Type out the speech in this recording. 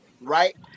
Right